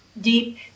deep